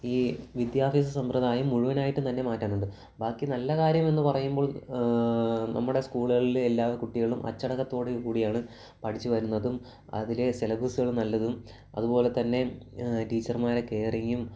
ഈ വിദ്യാഭ്യാസ സമ്പ്രദായം മുഴുവനായിട്ട് തന്നെ മാറ്റാനുണ്ട് ബാക്കി നല്ല കാര്യം എന്ന് പറയുമ്പോള് നമ്മുടെ സ്കൂളുകളില് എല്ലാ കുട്ടികളും അച്ചടക്കത്തോടുകൂടിയാണ് പഠിച്ചുവരുന്നതും അതിലെ സിലബസുകൾ നല്ലത് അതുപോലെ തന്നെ ടീച്ചർമാരെ കെയറിങ്ങും